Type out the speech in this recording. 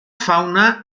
fauna